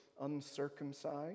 uncircumcised